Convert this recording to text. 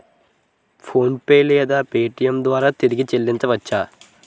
PhonePe లేదా Paytm ద్వారా తిరిగి చల్లించవచ్చ?